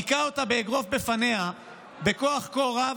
הוא היכה אותה באגרוף בפניה בכוח כה רב,